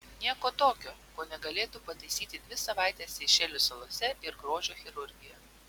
nieko tokio ko negalėtų pataisyti dvi savaitės seišelių salose ir grožio chirurgija